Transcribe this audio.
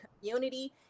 community